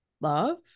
love